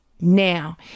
now